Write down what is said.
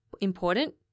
important